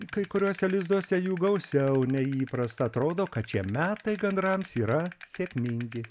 kai kuriuose lizduose jų gausiau nei įprasta atrodo kad šie metai gandrams yra sėkmingi